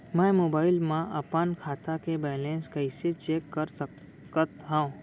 मैं मोबाइल मा अपन खाता के बैलेन्स कइसे चेक कर सकत हव?